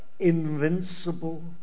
Invincible